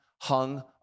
hung